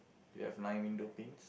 do you have nine window panes